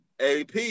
AP